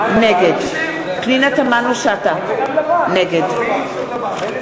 נגד פנינה תמנו-שטה, נגד